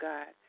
God